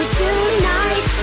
tonight